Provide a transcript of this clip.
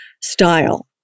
style